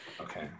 Okay